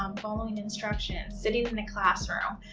um following instructions, sitting in the classroom.